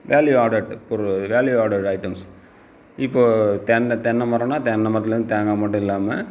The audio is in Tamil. வேல்யூ ஆடட் பொருள் வேல்யூ ஆடட் ஐட்டம்ஸ் இப்போது தென்னை தென்னை மரம்னால் தென்னை மரத்திலேருந்து தேங்காய் மட்டும் இல்லாமல்